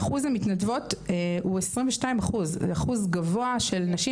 ואחוז המתנדבות הוא 22% שזה אחוז גבוה של נשים